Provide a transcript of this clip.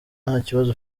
ntakibazo